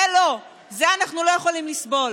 זה לא, את זה אנחנו לא יכולים לסבול.